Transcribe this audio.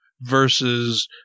versus